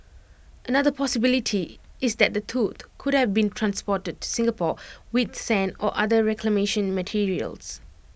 another possibility is that the tooth could have been transported to Singapore with sand or other land reclamation materials